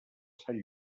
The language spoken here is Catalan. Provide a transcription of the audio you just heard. sant